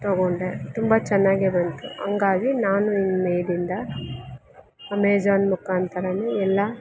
ತೊಗೊಂಡೆ ತುಂಬ ಚೆನ್ನಾಗಿ ಬಂತು ಹಂಗಾಗಿ ನಾನು ಇನ್ಮೇಲಿಂದ ಅಮೇಝಾನ್ ಮುಖಾಂತರನೇ ಎಲ್ಲಾ